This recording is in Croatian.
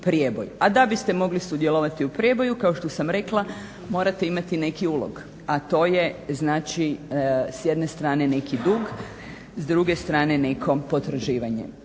A da biste mogli sudjelovati u prijeboju kao što sam rekla morate imati neki ulog, a to je znači s jedne strane neki dug, s druge strane neko potraživanje.